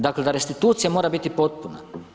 Dakle da restitucija mora biti potpuna.